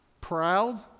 proud